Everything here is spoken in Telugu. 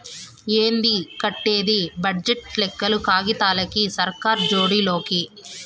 ఏంది కట్టేది బడ్జెట్ లెక్కలు కాగితాలకి, సర్కార్ జోడి లోకి